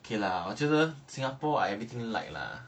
K lah 我觉得 singapore I everything like lah